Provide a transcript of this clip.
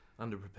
Underprepared